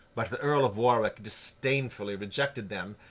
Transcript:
but, the earl of warwick disdainfully rejected them,